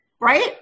right